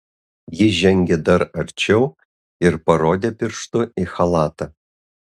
ji žengė dar arčiau ir parodė pirštu į chalatą